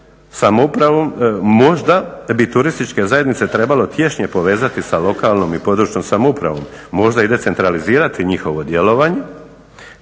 župan. Možda bi turističke zajednice trebalo tješnje povezati sa lokalnom i područnom samoupravom, možda i decentralizirati njihovo djelovanje,